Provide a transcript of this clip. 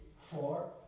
four